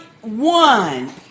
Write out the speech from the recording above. one